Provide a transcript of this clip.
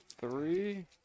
three